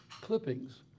clippings